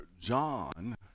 John